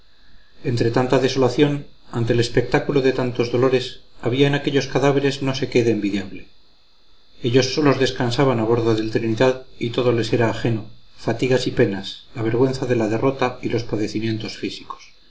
entre tanta desolación ante el espectáculo de tantos dolores había en aquellos cadáveres no sé qué de envidiable ellos solos descansaban a bordo del trinidad y todo les era ajeno fatigas y penas la vergüenza de la derrota y los padecimientos físicos